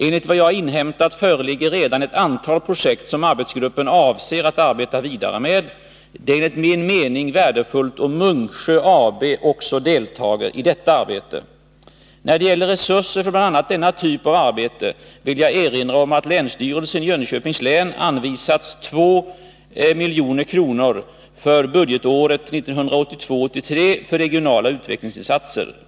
Enligt vad jag inhämtat föreligger redan ett antal projekt som arbetsgruppen avser att arbeta vidare med. Det är enligt min mening värdefullt om Munksjö AB också deltager i detta arbete. När det gäller resurser för bl.a. denna typ av arbete vill jag erinra om att länsstyrelsen i Jönköpings län anvisats 2 000 000 kr. för budgetåret 1982/83 för regionala utveckligsinsatser.